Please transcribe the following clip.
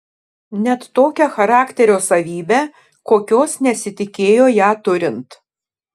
net tokią charakterio savybę kokios nesitikėjo ją turint